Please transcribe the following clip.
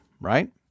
right